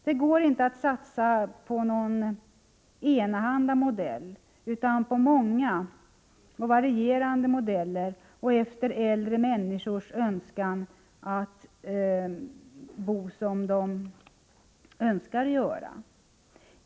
Det går inte att satsa på någon enahanda modell, utan man får lov att satsa på många och varierande modeller, efter äldre människors önskemål om hur de vill bo.